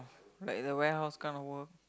like the warehouse kind of work